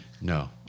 No